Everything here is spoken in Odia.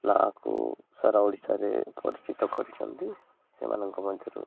ନାଁକୁ ସାରା ଓଡ଼ିଶାରେ ପରିଚିତ କରିଛନ୍ତି ସେମାନଙ୍କ ମଧ୍ୟରୁ